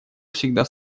всегда